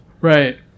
right